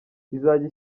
izajya